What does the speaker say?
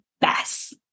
best